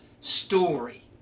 story